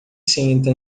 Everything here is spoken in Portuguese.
senta